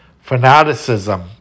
fanaticism